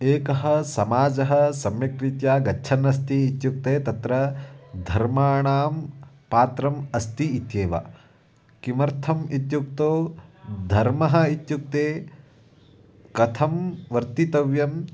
एकः समाजः सम्यक्रीत्या गच्छन्नस्ति इत्युक्ते तत्र धर्माणां पात्रम् अस्ति इत्येव किमर्थम् इत्युक्तौ धर्मः इत्युक्ते कथं वर्तितव्यम्